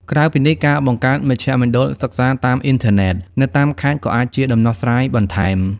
ក្រៅពីនេះ ការបង្កើតមជ្ឈមណ្ឌលសិក្សាតាមអ៊ីនធឺណិត នៅតាមខេត្តក៏អាចជាដំណោះស្រាយបន្ថែម។